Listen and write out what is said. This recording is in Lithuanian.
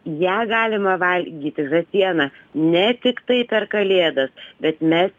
ją galima valgyti žąsieną ne tiktai per kalėdas bet mes